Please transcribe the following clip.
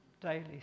daily